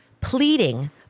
pleading